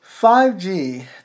5G